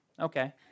okay